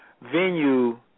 venue